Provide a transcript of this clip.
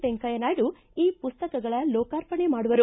ವೆಂಕಯ್ಯ ನಾಯ್ಡ ಈ ಮಸ್ತಕಗಳ ಲೋಕಾರ್ಪಣೆ ಮಾಡುವರು